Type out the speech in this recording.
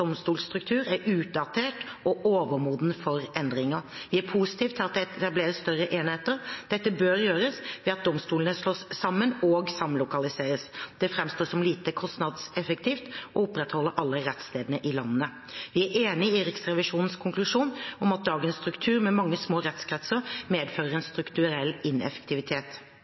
er utdatert, og overmoden for endringer. Vi er positive til at det etableres større enheter. Dette bør gjøres ved at domstoler slås sammen og samlokaliseres. Det fremstår som lite kostnadseffektivt å opprettholde alle rettsstedene i landet. Vi er enig i Riksrevisjonens konklusjon om at dagens struktur, med mange små rettskretser, medfører en strukturell ineffektivitet.